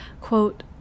quote